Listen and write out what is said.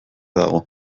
dago